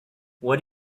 what